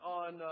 on